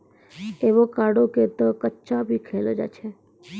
avocado क तॅ कच्चा भी खैलो जाय छै